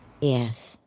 Yes